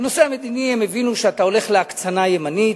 בנושא המדיני הם הבינו שאתה הולך להקצנה ימנית,